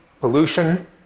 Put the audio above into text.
pollution